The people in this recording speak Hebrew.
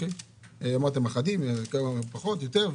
אמרתם אחדים, פחות, יותר.